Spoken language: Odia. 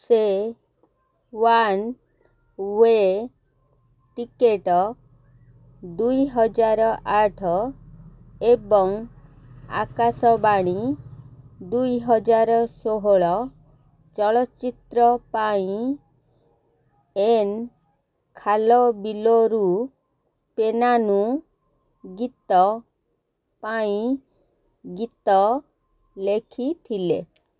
ସେ ୱାନ୍ ୱେ ଟିକେଟ୍ ଦୁଇ ହଜାର ଆଠ ଏବଂ ଆକାଶବାଣୀ ଦୁଇ ହଜାର ଷୋହଳ ଚଳଚ୍ଚିତ୍ର ପାଇଁ ଏନ୍ ଖାଲବିଲରୁ ପେନାନୁ ଗୀତ ପାଇଁ ଗୀତ ଲେଖିଥିଲେ